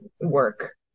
work